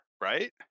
right